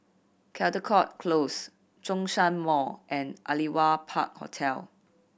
Caldecott Close Zhongshan Mall and Aliwal Park Hotel